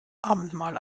abendmahl